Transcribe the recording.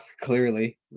clearly